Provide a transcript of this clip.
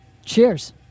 Cheers